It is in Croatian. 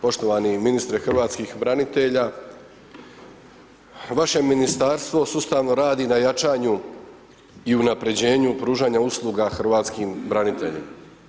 Poštovani ministre hrvatskih branitelja, vaše Ministarstvo sustavno radi na jačanju i unapređenju pružanja usluga hrvatskim braniteljima.